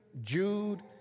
Jude